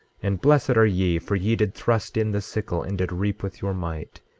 and blessed are ye, for ye did thrust in the sickle, and did reap with your might,